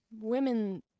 women